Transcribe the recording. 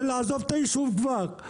ולעזוב את היישוב כבר,